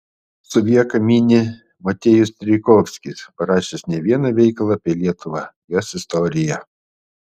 suvieką mini motiejus strijkovskis parašęs ne vieną veikalą apie lietuvą jos istoriją